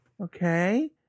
Okay